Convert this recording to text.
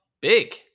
big